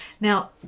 Now